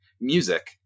music